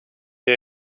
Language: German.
der